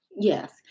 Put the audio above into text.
Yes